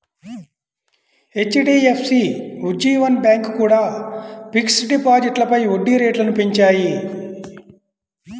HDFC, Ujjivan bank కూడా fixed డిపాజిట్లపై వడ్డీ రేట్లను పెంచాయి